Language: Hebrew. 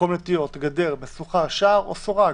מקום נטיעות, גדר, משוכה, שער או סורג".